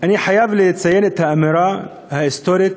אני חייב לציין את האמירה ההיסטורית,